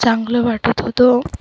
चांगलं वाटत होतो